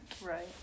Right